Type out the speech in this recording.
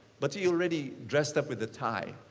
but you already dressed up with the tie.